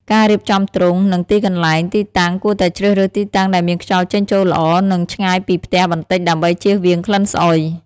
ការរៀបចំទ្រុង និងទីកន្លែង ទីតាំង គួរតែជ្រើសរើសទីតាំងដែលមានខ្យល់ចេញចូលល្អ និងឆ្ងាយពីផ្ទះបន្តិចដើម្បីជៀសវាងក្លិនស្អុយ។